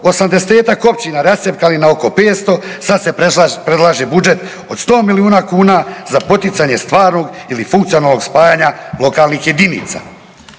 80-tak općina rascjepkali na oko 500 sad se predlaže budžet od 100 milijuna kuna za poticanje stvarnog ili funkcionalnog spajanja lokalnih jedinica.